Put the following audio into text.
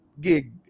gig